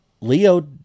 Leo